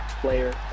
player